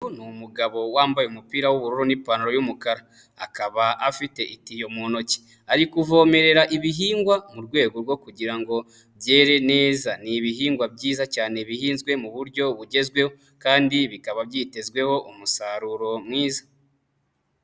Ni umugabo wambaye umupira w'ubururu n'ipantaro y'umukara, akaba afite itiyo mu ntoki ari kuvomerera ibihingwa mu rwego rwo kugira byere neza. Ni ibihingwa byiza cyane bihinzwe mu buryo bugezweho, kandi bikaba byitezweho umusaruro mwiza.